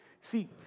See